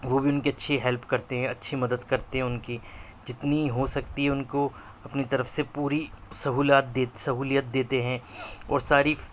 وہ بھی ان کی اچھی ہیلپ کرتے ہیں اچھی مدد کرتے ہیں ان کی جتنی ہو سکتی ان کو اپنی طرف سے پوری سہولات دیت سہولیت دیتے ہیں اور ساری